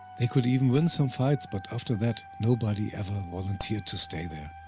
they could even win some fights, but after that nobody ever volunteered to stay there.